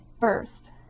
first